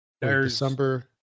December